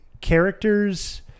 characters